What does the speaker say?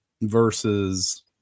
versus